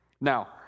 Now